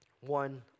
One